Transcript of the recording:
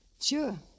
Sure